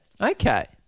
Okay